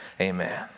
Amen